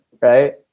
right